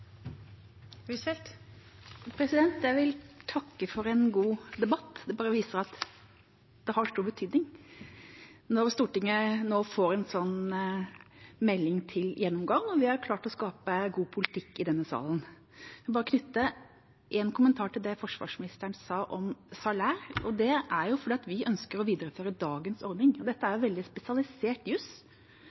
Jeg vil takke for en god debatt. Det viser at det har stor betydning når Stortinget nå får en sånn melding til gjennomgang, og vi har klart å skape god politikk i denne salen. Jeg vil bare knytte en kommentar til det forsvarsministeren sa om salær – det er jo fordi vi ønsker å videreføre dagens ordning. Dette er veldig spesialisert juss.